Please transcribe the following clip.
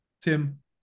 Tim